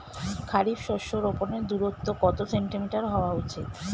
খারিফ শস্য রোপনের দূরত্ব কত সেন্টিমিটার হওয়া উচিৎ?